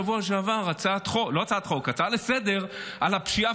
בשבוע שעבר הצעה לסדר-היום על הפשיעה